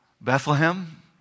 Bethlehem